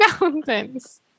mountains